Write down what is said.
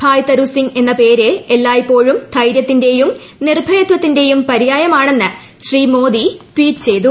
ഭായ് തരു സിങ് എന്ന പേര് എല്ലായ്പ്പോഴ്ചും പ്രൈര്യത്തിന്റെയും നിർഭയത്വത്തിന്റെയും പര്യായിമ്ടുണെന്ന് ശ്രീ മോദി ട്വീറ്റ് ചെയ്തു